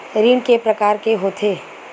ऋण के प्रकार के होथे?